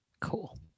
Cool